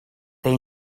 they